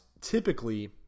typically